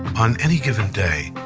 on any given day,